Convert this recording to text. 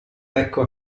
becco